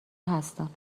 هستم